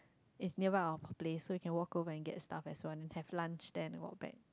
it's nearby our place so you can walk go and get stuff as well as have lunch then walk back